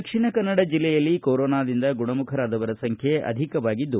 ದಕ್ಷಿಣ ಕನ್ನಡ ಜಿಲ್ಲೆಯಲ್ಲಿ ಕೋರೋನಾದಿಂದ ಗುಣಮುಖರಾದವರ ಸಂಖ್ಯೆ ಅಧಿಕವಾಗಿದ್ದು